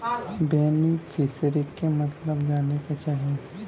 बेनिफिसरीक मतलब जाने चाहीला?